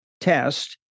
test